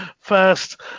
first